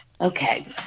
Okay